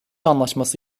anlaşması